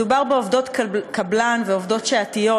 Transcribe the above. מדובר בעובדות קבלן ועובדות שעתיות,